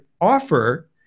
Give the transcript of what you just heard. offer